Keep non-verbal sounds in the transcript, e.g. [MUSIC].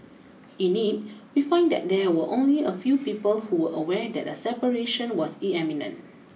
in it we find that there were only a few people who aware that a separation was [UNINTELLIGIBLE]